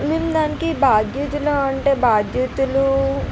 మేము దానికి భాద్యుతులం అంటే భాద్యుతులు